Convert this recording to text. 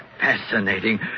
Fascinating